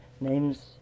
names